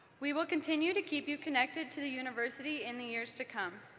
we will continue to keep you connected to the university in the years to come.